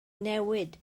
newid